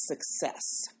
success